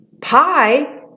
Pie